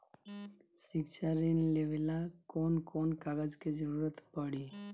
शिक्षा ऋण लेवेला कौन कौन कागज के जरुरत पड़ी?